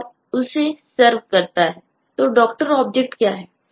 तो Doctor object क्या है